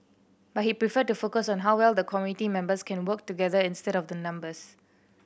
but he preferred to focus on how well the committee members can work together instead of the numbers